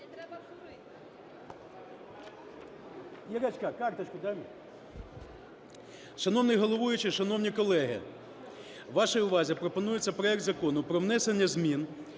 Шановний головуючий, шановні колеги, вашій увазі пропонується проект Закону про внесення змін